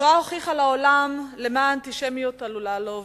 השואה הוכיחה לעולם למה אנטישמיות עלולה להוביל.